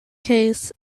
case